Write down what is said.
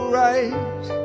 right